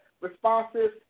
responses